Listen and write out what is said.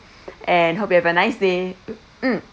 and hope you have a nice day mm